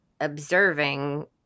observing